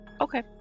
Okay